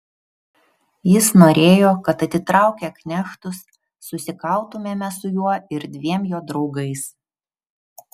jis norėjo kad atitraukę knechtus susikautumėme su juo ir dviem jo draugais